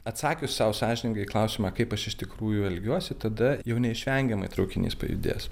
atsakius sau sąžiningai į klausimą kaip aš iš tikrųjų elgiuosi tada jau neišvengiamai traukinys pajudės